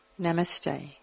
Namaste